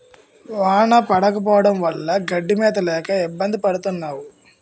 వాన పడకపోవడం వల్ల గడ్డి మేత లేక ఇబ్బంది పడతన్నావు